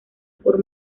por